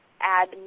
add